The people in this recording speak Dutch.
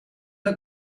het